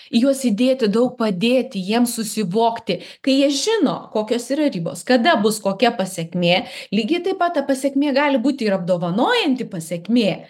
į juos įdėti daug padėti jiem susivokti kai jie žino kokios yra ribos kada bus kokia pasekmė lygiai taip pat ta pasekmė gali būti ir apdovanojanti pasekmė